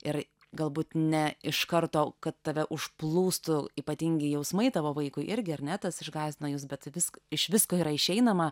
ir galbūt ne iš karto kad tave užplūstų ypatingi jausmai tavo vaikui irgi ar ne tas išgąsdino jus bet visk iš visko yra išeinama